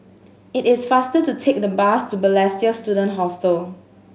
it is faster to take the bus to Balestier Student Hostel